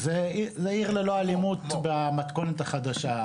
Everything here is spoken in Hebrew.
זה עיר ללא אלימות במתכונת החדשה.